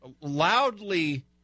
loudly